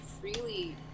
freely